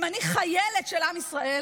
אם אני חיילת של עם ישראל,